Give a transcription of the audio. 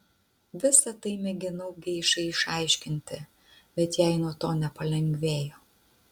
visa tai mėginau geišai išaiškinti bet jai nuo to nepalengvėjo